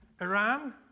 Iran